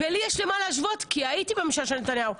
לי יש למה להשוות, כי הייתי בממשלה של נתניהו.